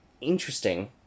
Interesting